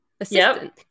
assistant